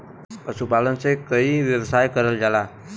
पशुपालन से कई व्यवसाय करल जाला